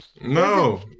No